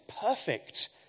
perfect